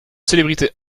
célébrités